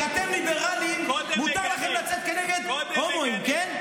כי אתם ליברלים, מותר לכם לצאת נגד הומואים, כן?